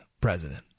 president